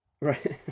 Right